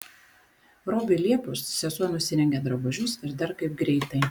robiui liepus sesuo nusirengė drabužius ir dar kaip greitai